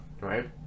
right